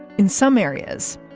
in some areas,